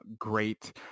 great